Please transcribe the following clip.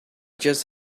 just